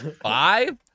Five